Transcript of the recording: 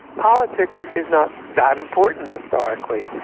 politics not that important historically.